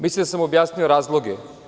Mislim da sam objasnio razloge.